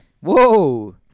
whoa